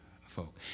folk